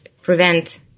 prevent